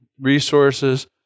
resources